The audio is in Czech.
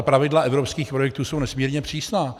Pravidla evropských projektů jsou nesmírně přísná.